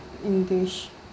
english